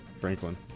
franklin